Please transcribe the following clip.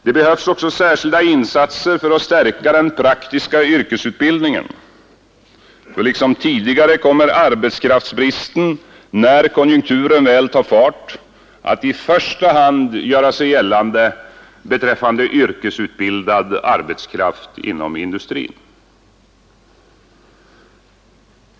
Det behövs också särskilda insatser för att stärka den praktiska yrkesutbildningen. Liksom tidigare kommer arbetskraftsbristen, när konjunkturen väl tar fart, att i första hand göra sig gällande beträffande yrkesutbildad arbetskraft inom industrin.